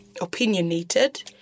opinionated